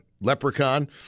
leprechaun